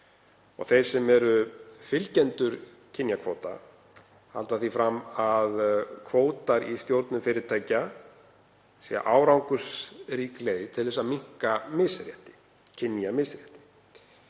Þeir sem eru fylgjendur kynjakvóta halda því fram að kvótar í stjórnum fyrirtækja sé árangursrík leið til að minnka kynjamisrétti.